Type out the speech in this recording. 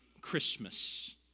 Christmas